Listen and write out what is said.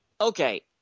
Okay